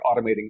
automating